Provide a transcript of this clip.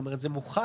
כלומר זה מוחל